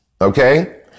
okay